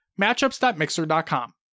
matchups.mixer.com